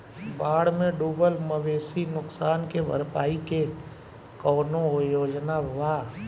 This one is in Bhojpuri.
बाढ़ में डुबल मवेशी नुकसान के भरपाई के कौनो योजना वा?